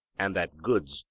and that goods,